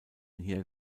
hier